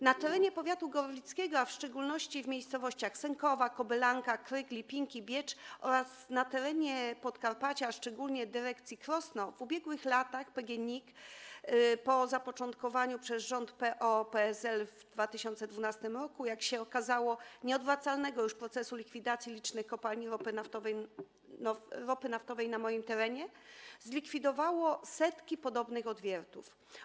Na terenie powiatu gorlickiego, a w szczególności w miejscowościach Sękowa, Kobylanka, Kryg, Lipinki, Biecz, oraz na terenie Podkarpacia, a szczególnie podlegającym dyrekcji Krosno, w ubiegłych latach PGNiG, po zapoczątkowaniu przez rząd PO-PSL w 2012 r., jak się okazało, nieodwracalnego już procesu likwidacji licznych kopalni ropy naftowej, na moim terenie zlikwidowało setki podobnych odwiertów.